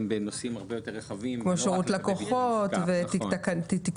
בנושאים הרבה יותר רחבים --- כמו שירות לקוחות ותיקונים,